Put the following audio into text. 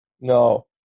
No